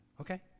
okay